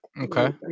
Okay